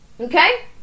Okay